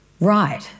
Right